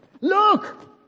Look